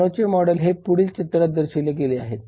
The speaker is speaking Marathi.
कानोचे मॉडेल हे पुढील चित्रात दर्शविले गेले आहे